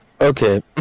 okay